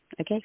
Okay